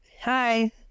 hi